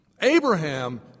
Abraham